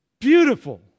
Beautiful